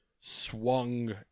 swung